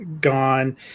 gone